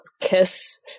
kiss